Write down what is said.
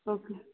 okay